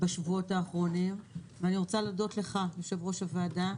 בשבועות האחרונים ואני רוצה להודות לך יושב ראש הוועדה.